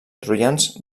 troians